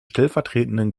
stellvertretenden